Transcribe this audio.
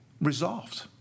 resolved